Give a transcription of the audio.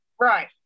Right